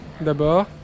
d'abord